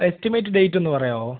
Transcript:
estimate ഡേറ്റൊന്ന് പറയാമോ